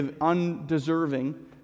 undeserving